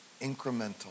Incremental